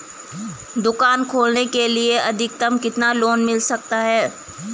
दुकान खोलने के लिए अधिकतम कितना लोन मिल सकता है?